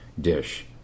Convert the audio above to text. dish